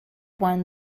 one